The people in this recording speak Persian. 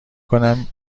کنم